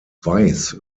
weiss